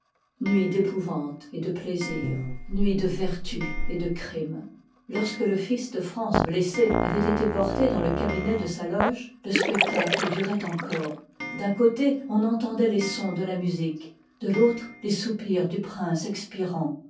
nuit d'épouvante et de plaisir nuit de vertus et de crimes lorsque le fils de france blessé avoit été porté dans le cabinet de sa loge le spectacle duroit encore d'un côté on entendoit les sons de la musique de l'autre les soupirs du prince expirant